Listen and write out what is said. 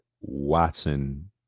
Watson